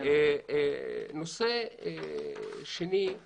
נושא שני הוא